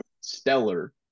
stellar